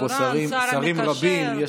יש לנו פה שרים רבים.